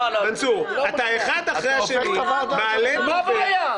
--- מה הבעיה?